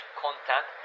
content